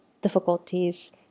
difficulties